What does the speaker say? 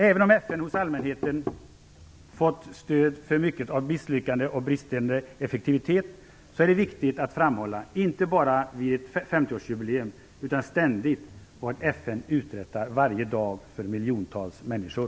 Även om FN hos allmänheten fått stå för mycket av misslyckande och av bristande effektivitet är det viktigt att framhålla, inte bara vid ett 50-årsjubileum utan ständigt, vad FN varje dag uträttar för miljontals människor.